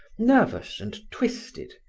nervous and twisted,